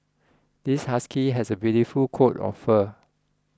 this husky has a beautiful coat of fur